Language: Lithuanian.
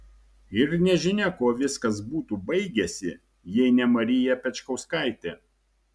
ir nežinia kuo viskas būtų baigęsi jei ne marija pečkauskaitė